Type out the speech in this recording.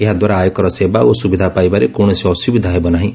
ଏହା ଦ୍ୱାରା ଆୟକର ସେବା ଓ ସୁବିଧା ପାଇବାରେ କୌଣସି ଅସୁବିଧା ହେବନାହିଁ